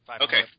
Okay